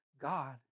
God